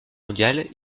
mondiale